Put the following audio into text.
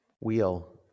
Wheel